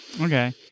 okay